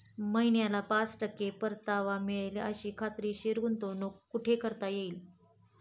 महिन्याला पाच टक्के परतावा मिळेल अशी खात्रीशीर गुंतवणूक कुठे करता येईल?